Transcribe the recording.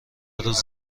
روز